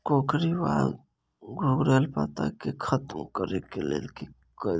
कोकरी वा घुंघरैल पत्ता केँ खत्म कऽर लेल की कैल जाय?